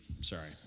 Sorry